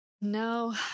No